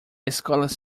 escolas